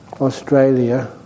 Australia